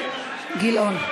גילאון.